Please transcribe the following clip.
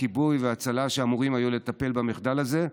הכיבוי וההצלה שאמורים היו לטפל במחדל הזה.